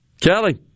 Kelly